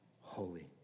Holy